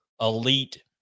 elite